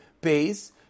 base